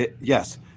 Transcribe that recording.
yes